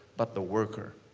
but the worker.